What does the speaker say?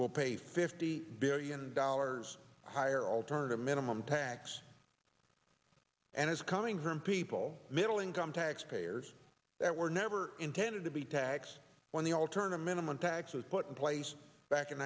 we'll pay fifty billion dollars higher alternative minimum tax and it's coming from people middle income tax payers that were never intended to be taxed when the alternative minimum tax was put in place back in